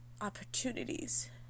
opportunities